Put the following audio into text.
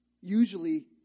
Usually